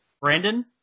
Brandon